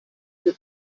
che